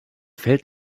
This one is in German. fällt